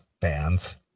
fans